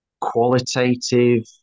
Qualitative